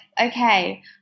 Okay